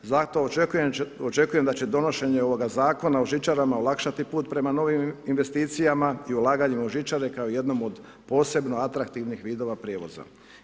Zato očekujem da će donošenje ovoga Zakona o žičarama olakšati put prema novim investicijama i ulaganjem u žičare kao jednom od posebno atraktivnih vidova prijevoza.